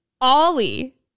Ollie